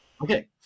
Okay